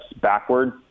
backward